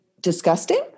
disgusting